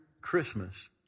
Christmas